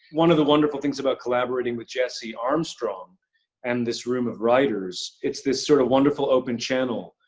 one of the wonderful things about collaborating with jesse armstrong and this room of writers, it's this sort of wonderful open channel,